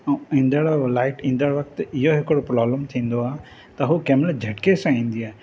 ऐं ईंदड़ लाइट ईंदड़ वक़्तु इहो हिकुड़ो प्रोब्लम थींदो आहे त हू कंहिं महिल झटिके सां ईंदी आहे